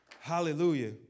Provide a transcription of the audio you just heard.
Hallelujah